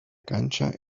cancha